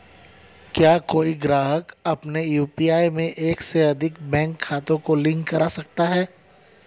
क्या कोई ग्राहक अपने यू.पी.आई में एक से अधिक बैंक खातों को लिंक कर सकता है?